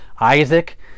Isaac